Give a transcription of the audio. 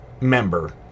member